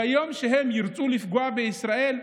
ביום שהם ירצו לפגוע בישראל,